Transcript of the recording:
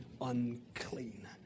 unclean